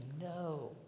no